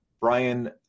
Brian